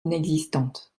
inexistante